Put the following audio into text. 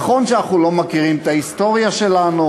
נכון שאנחנו לא מכירים את ההיסטוריה שלנו